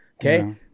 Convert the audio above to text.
Okay